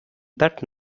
that